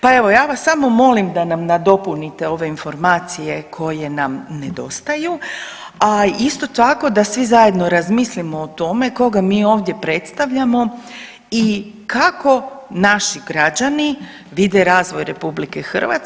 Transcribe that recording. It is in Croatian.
Pa evo ja vas samo molim da nam nadopunite ove informacije koje nam nedostaju, a isto tako da svi zajedno razmislimo o tome koga mi ovdje predstavljamo i kako naši građani vide razvoj RH.